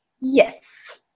Yes